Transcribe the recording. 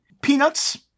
Peanuts